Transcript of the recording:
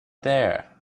there